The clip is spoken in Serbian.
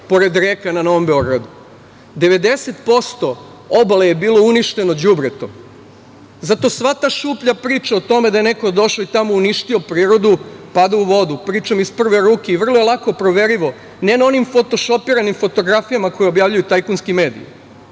pored reka na Novom Beogradu. Devedeset posto obale je bilo uništeno đubretom. Zato sva ta šuplja priča o tome da je neko došao i tamo uništio prirodu pada u vodu, pričam iz prve ruke i vrlo je lako proverljivo, ne na onim fotošopiranim fotografijama koje objavljuju tajkunski mediji,